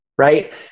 right